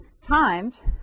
Times